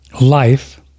life